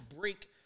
break